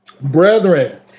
brethren